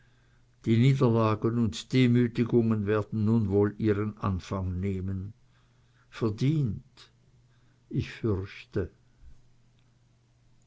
die niederlagen und demütigungen werden nun wohl ihren anfang nehmen verdient ich fürchte